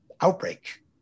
outbreak